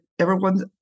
Everyone's